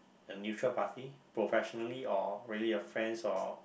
the neutral party professionally or really a friends or